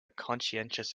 conscientious